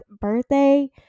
birthday